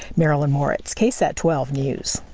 marilyn moritz ksat twelve news.